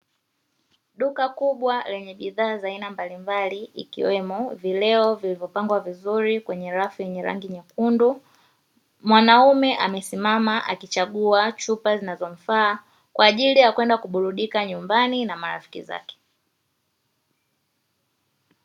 Duka kubwa lenye bidhaa za aina mbalimbali ikiwemo vileo vilivyopangwa vizuri kwenye rafu yenye rangi nyekundu. Mwanaume amesimama akichagua chupa zinazomfaa kwa ajili ya kwenda kuburudika nyumbani na marafiki zake.